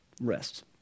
Rest